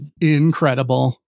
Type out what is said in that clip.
Incredible